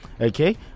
okay